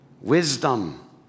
wisdom